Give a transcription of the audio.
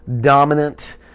dominant